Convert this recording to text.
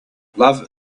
love